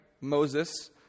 Moses